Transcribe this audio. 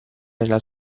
nella